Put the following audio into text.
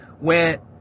went